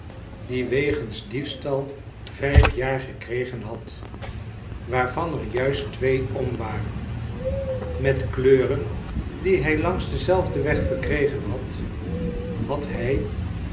die wegens diefstal vijf jaar gekregen had waarvan er juist twee om waren met kleuren die hij langs denzelfden weg verkregen had had hij